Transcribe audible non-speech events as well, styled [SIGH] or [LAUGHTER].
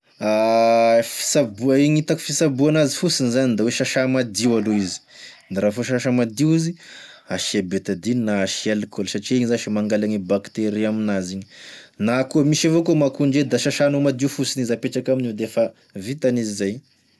[HESITATION] Fisaboa igny gn'hitako fisaboa anazy fotsiny zany da oe sasà madio aloha izy, da rafa sasà madio izy, asia e betadine na asia alikôly satria igny zasy e mangala gne bakteria aminazy igny, na koa misy avao koa mako ndre da sasanao madio fosiny izy apetraky amign'eo defa vita an'izy zay.